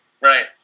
Right